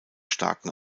starken